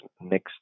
next